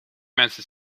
mensen